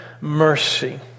mercy